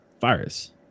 virus